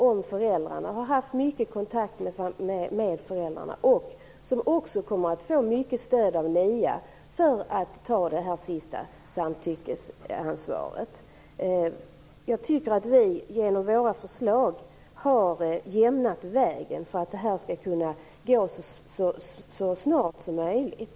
Den har redan haft mycket kontakt med de blivande adoptionsföräldrarna och kommer också att få mycket stöd av NIA för att ta det sista samtyckesansvaret. Jag tycker att vi genom våra förslag har jämnat vägen för att det här skall kunna gå så snabbt som möjligt.